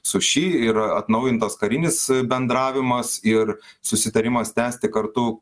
su ši ir atnaujintas karinis bendravimas ir susitarimas tęsti kartu